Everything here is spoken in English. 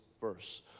verse